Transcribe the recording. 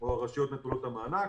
או הרשויות נטולות המענק.